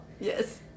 yes